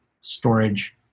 storage